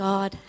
God